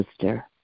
sister